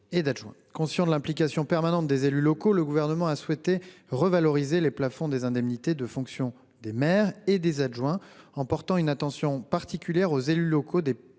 Conscient de l'implication permanente des élus locaux, le Gouvernement a souhaité revaloriser les plafonds de ces indemnités, en portant une attention particulière aux élus locaux des